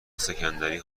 سکندری